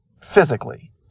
physically